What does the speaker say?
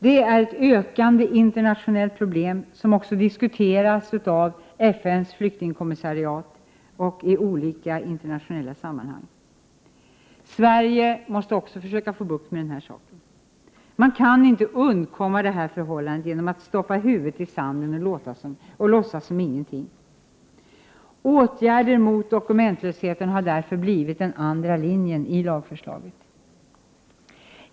Det är ett ökande internationellt problem, som också diskuterats av FN:s flyktingkommissariat och i olika internationella sammanhang. Sverige måste försöka få bukt med den här saken. Man kan inte undkomma detta förhållande genom att stoppa huvudet i sanden och låtsas som ingenting. Åtgärder mot dokumentlösheten har därför blivit den andra linjen i lagförslaget.